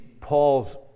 Paul's